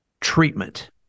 treatment